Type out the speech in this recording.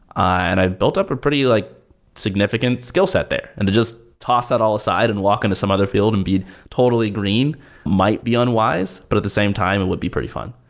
and i've built up a pretty like significant skillset there. and to just toss that all aside and walk into to some other field and be totally green might be unwise, but at the same time, it would be pretty fun.